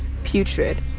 putrid,